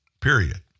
period